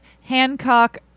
Hancock